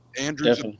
Andrews